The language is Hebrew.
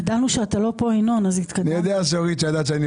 אני הבנתי שההייטק עזב את מדינת ישראל